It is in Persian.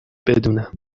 بدونم